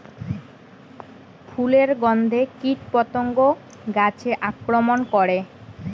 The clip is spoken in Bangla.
ফুলের গণ্ধে কীটপতঙ্গ গাছে আক্রমণ করে?